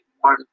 one